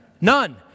None